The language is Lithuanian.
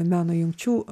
meno jungčių